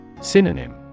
Synonym